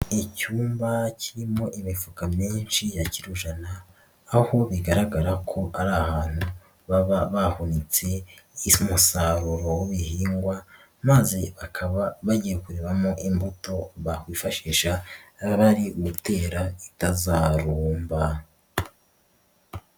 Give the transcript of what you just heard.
lcyumba kirimo imifuka myinshi ya kiro jana, aho bigaragara ko ari ahantu baba bahunitse umusaruro w'ibihingwa, maze bakaba bagiye kurebamo imbuto bakwifashisha bari gutera itazarumba.